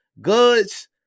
Goods